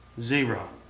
Zero